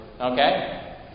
okay